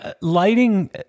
lighting